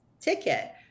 ticket